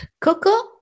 Coco